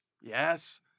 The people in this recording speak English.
Yes